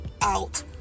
out